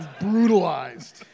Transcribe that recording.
Brutalized